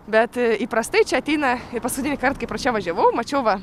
bet įprastai čia ateina paskutinįkart kai pro čia važiavau mačiau va